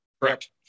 Correct